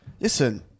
Listen